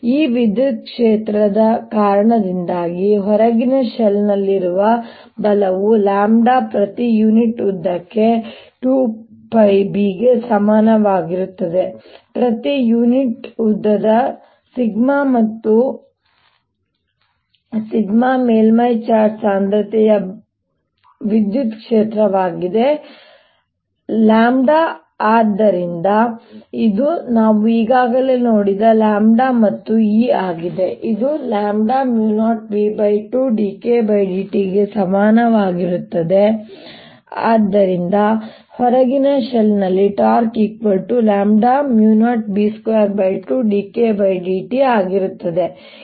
ಈ ವಿದ್ಯುತ್ ಕ್ಷೇತ್ರದ ಕಾರಣದಿಂದಾಗಿ ಹೊರಗಿನ ಶೆಲ್ನಲ್ಲಿರುವ ಬಲವು ಲ್ಯಾಂಬ್ಡಾ ಪ್ರತಿ ಯುನಿಟ್ ಉದ್ದಕ್ಕೆ 2πb ಗೆ ಸಮಾನವಾಗಿರುತ್ತದೆ ಪ್ರತಿ ಯೂನಿಟ್ ಉದ್ದದ σ ಜೊತೆಗೆ σ ವು ಮೇಲ್ಮೈ ಚಾರ್ಜ್ ಸಾಂದ್ರತೆಯ ಬಾರಿ ವಿದ್ಯುತ್ ಕ್ಷೇತ್ರವಾಗಿದೆ ಮತ್ತು ಇದು ಏನೂ ಅಲ್ಲ ಆದರೆ ಆದ್ದರಿಂದ ಇದು ನಾವು ಈಗಾಗಲೇ ನೋಡಿದ ಸಮಯ E ಆಗಿದೆ ಇದು 0b2dKdt ಗೆ ಸಮಾನವಾಗಿರುತ್ತದೆ ಮತ್ತು ಆದ್ದರಿಂದ ಹೊರಗಿನ ಶೆಲ್lನಲ್ಲಿ ಟಾರ್ಕ್ 0b22dKdt ಆಗಿರುತ್ತದೆ